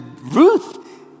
Ruth